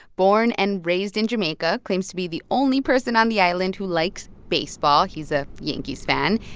born and raised in jamaica, claims to be the only person on the island who likes baseball. he's a yankees fan.